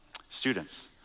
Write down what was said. Students